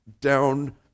down